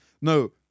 no